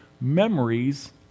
memories